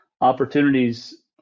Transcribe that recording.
opportunities